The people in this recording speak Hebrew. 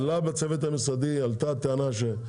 האם